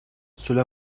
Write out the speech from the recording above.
cela